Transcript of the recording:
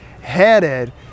headed